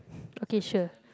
okay sure